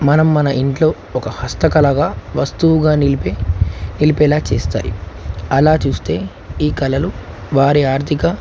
మనం మన ఇంట్లో ఒక హస్తకళగా వస్తువుగా నిలిపే నిలిపేలా చేస్తాయి అలా చూస్తే ఈ కళలు వారి ఆర్థిక